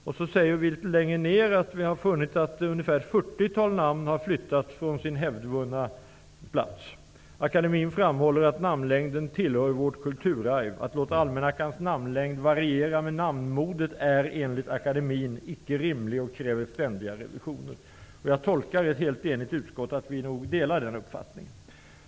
Litet längre ned säger vi att vi har funnit att ungefär ett fyrtiotal namn har flyttats från sin hävdvunna plats. Vi skriver: ''Akademien framhåller att namnlängden tillhör vårt kulturarv. Att låta almanackans namnlängd variera med namnmodet är enligt akademien inte rimligt och kräver ständiga revisioner.'' Jag tolkar det så att det helt eniga utskottet delar den uppfattningen.